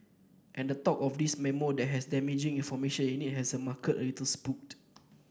and the talk of this memo that has damaging information in it has the market a little spooked